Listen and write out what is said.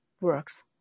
works